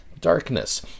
darkness